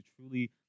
truly